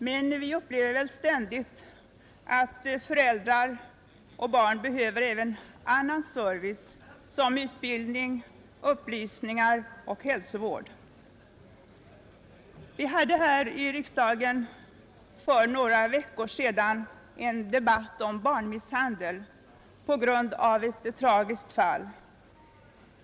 Men vi upplever väl ständigt att föräldrar och barn behöver även annan service, såsom utbildning, upplysning och hälsovård. Vi hade här i riksdagen för några veckor sedan en debatt om barnmisshandel på grund av ett tragiskt fall.